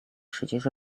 przecież